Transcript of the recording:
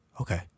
Okay